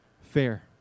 fair